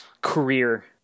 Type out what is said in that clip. career